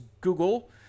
Google